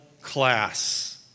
class